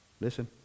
listen